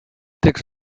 text